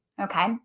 Okay